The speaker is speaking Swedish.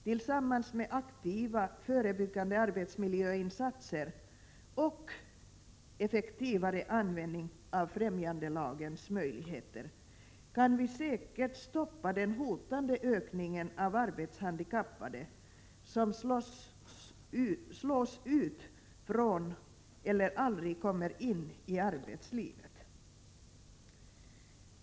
Tillsammans med aktiva, förebyggande arbetsmiljöinsatser och effektivare användning av främjandelagens möjligheter kan vi säkert stoppa den hotande ökningen av arbetshandikappade som slås ut från eller aldrig - kommer in i arbetslivet.